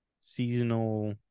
seasonal